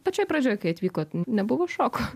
pačioj pradžioj kai atvykot nebuvo šoko